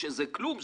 שזה כלום,